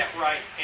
right